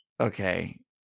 Okay